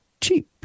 cheap